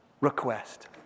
request